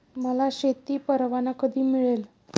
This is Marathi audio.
मला शेती परवाना कधी मिळेल?